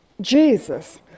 Jesus